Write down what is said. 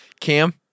Cam